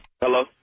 Hello